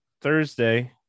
Thursday